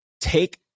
Take